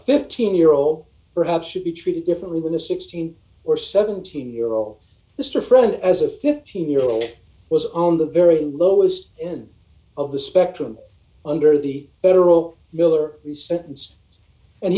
fifteen year old perhaps should be treated differently than a sixteen or seventeen year old mr friend as a fifteen year old was on the very lowest end of the spectrum under the federal bill or the sentence and